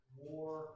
more